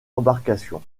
embarcation